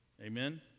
Amen